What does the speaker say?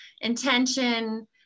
intention